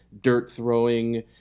dirt-throwing